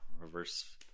reverse